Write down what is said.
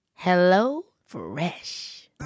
HelloFresh